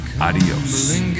Adios